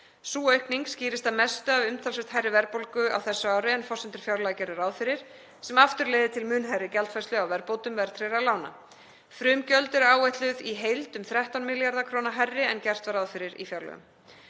Sú aukning skýrist að mestu af umtalsvert hærri verðbólgu á þessu ári en forsendur fjárlaga gerðu ráð fyrir sem aftur leiðir til mun hærri gjaldfærslu á verðbótum verðtryggðra lána. Frumgjöld eru áætluð í heild um 13 milljörðum kr. hærri en gert var ráð fyrir í fjárlögum.